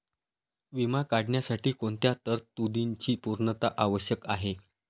विमा काढण्यासाठी कोणत्या तरतूदींची पूर्णता आवश्यक आहे?